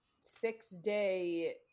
six-day